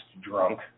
drunk